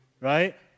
right